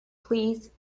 please